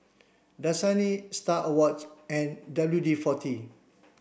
Dasani Star Awards and W D forty